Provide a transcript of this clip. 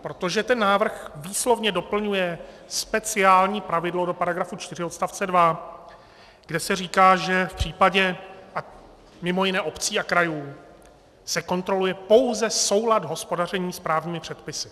Protože ten návrh výslovně doplňuje speciální pravidlo do § 4 odst. 2, kde se říká, že v případě mimo jiné obcí a krajů se kontroluje pouze soulad hospodaření s právními předpisy.